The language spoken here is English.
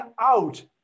out